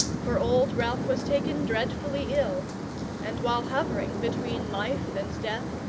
for old ralph was taken dreadfully ill and while hovering between life and death,